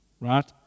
right